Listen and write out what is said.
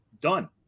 done